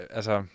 altså